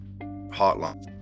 hotline